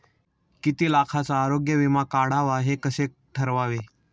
किती लाखाचा आरोग्य विमा काढावा हे कसे ठरवावे?